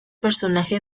personaje